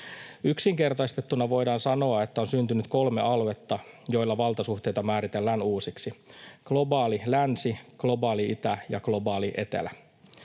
Yksinkertaistettuna voidaan sanoa, että on syntynyt kolme aluetta, joilla valtasuhteita määritellään uusiksi: globaali länsi, globaali itä ja globaali etelä.